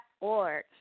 org